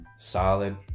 Solid